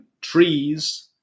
trees